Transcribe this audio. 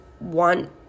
want